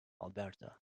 alberta